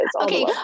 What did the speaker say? Okay